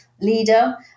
leader